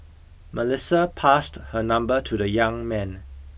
Melissa passed her number to the young man